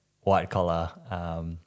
white-collar